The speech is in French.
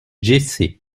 jessé